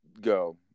go